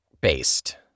based